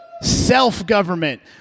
Self-government